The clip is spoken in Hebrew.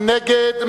מי נגד?